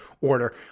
order